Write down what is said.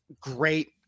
great